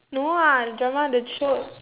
no ah the drama the show